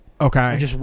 Okay